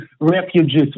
refugees